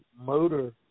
Motor